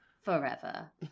forever